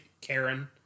Karen